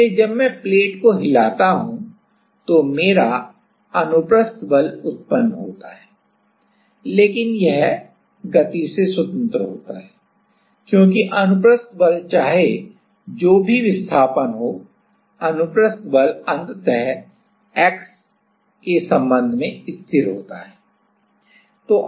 इसलिए जब मैं प्लेट को हिलाता हूं तो मेरा अनुप्रस्थ बल उत्पन्न होता है लेकिन यह गति से स्वतंत्र होता है क्योंकि अनुप्रस्थ बल चाहे जो भी विस्थापन हो अनुप्रस्थ बल अंततः x के संबंध में स्थिर होता है